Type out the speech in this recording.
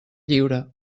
lliure